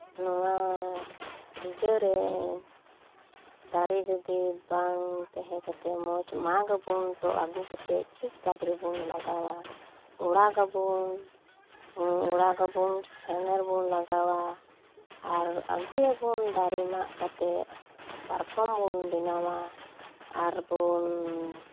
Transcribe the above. ᱱᱚᱣᱟ ᱤᱭᱟᱹ ᱨᱮ ᱫᱟᱨᱮ ᱡᱩᱫᱤ ᱵᱟᱝ ᱛᱮᱦᱮᱸ ᱠᱟᱛᱮᱫ ᱢᱚᱡᱽ ᱢᱟᱜᱟᱵᱚᱱ ᱛᱚ ᱟᱹᱜᱩ ᱠᱟᱛᱮᱫ ᱪᱮᱫ ᱠᱟᱡ ᱨᱮᱵᱚᱱ ᱞᱟᱜᱟᱣᱟ ᱚᱲᱟᱜᱟᱵᱚᱱ ᱚᱲᱟᱜᱟᱵᱚᱱ ᱥᱮᱱᱮᱨ ᱵᱚᱱ ᱞᱟᱜᱟᱣᱟ ᱟᱨ ᱟᱹᱜᱩᱭᱵᱚᱱ ᱫᱟᱨᱮ ᱢᱟᱜ ᱠᱟᱛᱮ ᱯᱟᱨᱠᱚᱢ ᱵᱚᱱ ᱵᱮᱱᱟᱣᱟ ᱟᱨ ᱵᱚᱱ